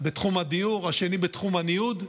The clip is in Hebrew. בתחום הדיור והשני בתחום הניוד.